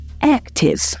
active